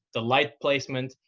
the light placement,